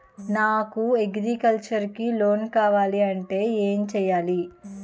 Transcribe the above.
నాకు అగ్రికల్చర్ కి లోన్ కావాలంటే ఏం చేయాలి?